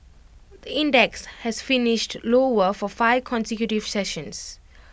the index has finished lower for five consecutive sessions